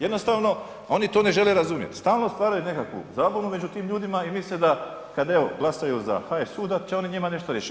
Jednostavno oni to ne žele razumjeti, stvarno stvaraju nekakvu zabunu među tim ljudima i misle da kad evo glasaju za HSU da će oni njima nešto riješiti.